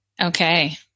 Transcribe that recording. okay